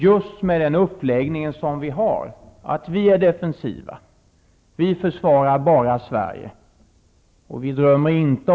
Denna vår försvarspolitik har när det gäller huvudinriktningen byggts upp i bred enighet -- det vill jag gärna säga.